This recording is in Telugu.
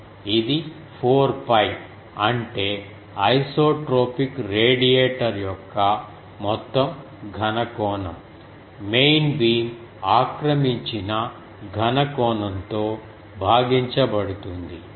ఇది 4 𝜋 అంటే ఐసోట్రోపిక్ రేడియేటర్ యొక్క మొత్తం ఘన కోణం మెయిన్ బీమ్ ఆక్రమించిన ఘన కోణంతో భాగించబడుతుంది